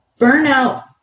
burnout